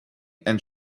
and